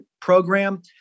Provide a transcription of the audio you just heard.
program